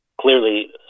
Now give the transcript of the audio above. clearly